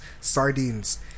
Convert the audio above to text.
Sardines